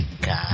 God